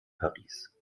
paris